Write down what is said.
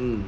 mm